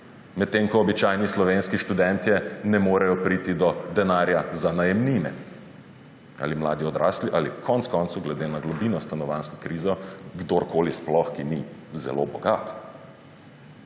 medtem ko običajni slovenski študentje ne morejo priti do denarja za najemnine, ali mladi odrasli ali konec koncev glede na globino stanovanjske krize sploh kdorkoli, ki ni zelo bogat.